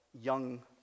young